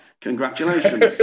Congratulations